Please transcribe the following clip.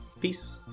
Peace